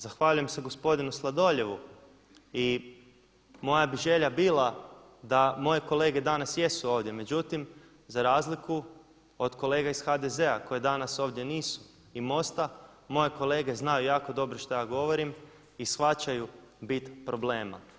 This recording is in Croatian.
Zahvaljujem se gospodinu Sladoljevu i moja bi želja bila da moje kolege danas jesu ovdje, međutim za razliku od kolega iz HDZ-a koje danas ovdje nisu i MOST-a moje kolege znaju jako dobro što ja govorim i shvaćaju bit problema.